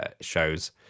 shows